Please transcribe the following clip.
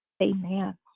Amen